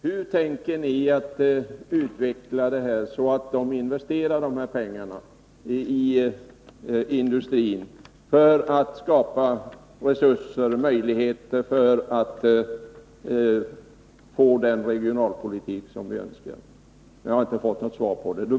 Hur tänker ni se till att företagen investerar dessa pengar i industrin för att skapa möjligheter för den regionalpolitik som vi önskar? Jag har inte fått något svar på den frågan.